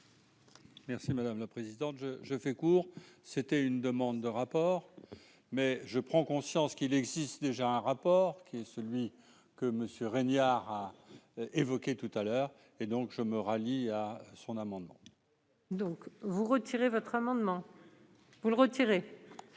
Merci madame la présidente, je je fais court, c'était une demande de rapport, mais je prends conscience qu'il existe déjà un rapport qui est celui que Monsieur Régnard a évoqué tout à l'heure, et donc je me rallie à son amendement. Donc vous retirer votre amendement, vous le retirer.